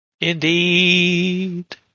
Indeed